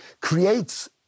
creates